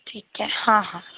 ठीक आहे हां हां